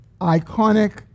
iconic